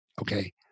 Okay